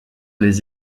les